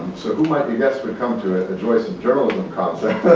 so who might be guests would come to it, the joyce and journalism concert.